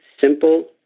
simple